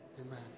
Amen